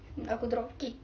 aku drop kick